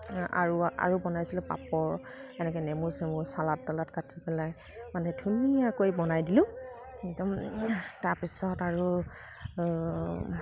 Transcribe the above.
আৰু আৰু বনাইছিলোঁ পাপৰ সেনেকে নেমু চেমু চালাদ তালাড কাটি পেলাই মানে ধুনীয়াকৈ বনাই দিলোঁ একদম তাৰ পিছত আৰু